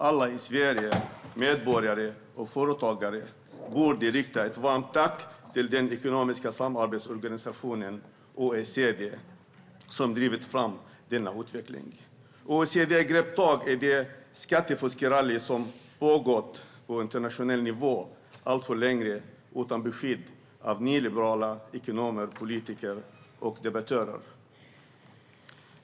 Alla i Sverige, medborgare och företagare, borde rikta ett varmt tack till den ekonomiska samarbetsorganisationen OECD, som drivit fram denna utveckling. OECD grep tag i det skattefuskrally som pågått alltför länge på internationell nivå under beskydd av nyliberala ekonomer, politiker och debattörer.